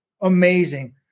amazing